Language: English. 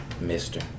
Mister